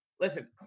Listen